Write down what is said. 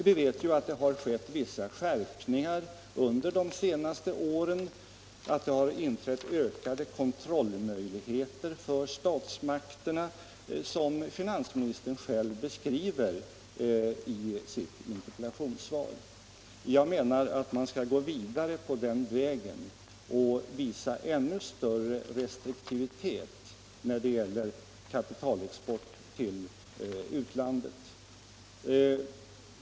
Vi vet ju att det har skett vissa skärpningar under de senaste åren och att det har inträtt ökade kontrollmöjligheter för statsmakterna som finansministern själv beskriver i interpellationssvaret. Jag menar att man skall gå vidare på den vägen och visa ännu större restriktivitet när det gäller kapitalexport till utlandet.